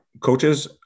coaches